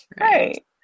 Right